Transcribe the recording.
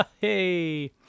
Hey